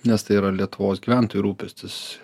nes tai yra lietuvos gyventojų rūpestis